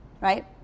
right